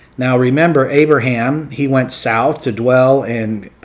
now remember abraham, he went south to dwell and